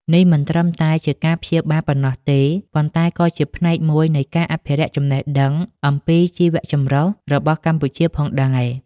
នេះមិនត្រឹមតែជាការព្យាបាលប៉ុណ្ណោះទេ ប៉ុន្តែក៏ជាផ្នែកមួយនៃការអភិរក្សចំណេះដឹងអំពី ជីវៈចម្រុះ របស់កម្ពុជាផងដែរ។